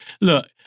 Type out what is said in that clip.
look